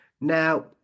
Now